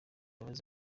mbabazi